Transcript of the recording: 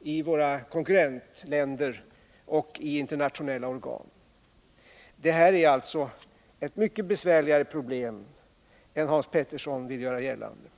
i våra konkurrentländer och i internationella organ. Det är alltså fråga om ett mycket besvärligare problem än vad Hans Petersson vill göra gällande.